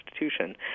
institution